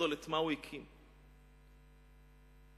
את מה הקים המפץ הגדול?